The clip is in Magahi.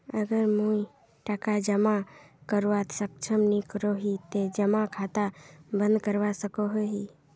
अगर मुई टका जमा करवात सक्षम नी करोही ते जमा खाता बंद करवा सकोहो ही?